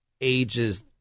ages